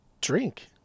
drink